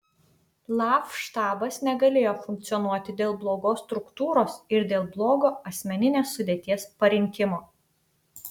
laf štabas negalėjo funkcionuoti dėl blogos struktūros ir dėl blogo asmeninės sudėties parinkimo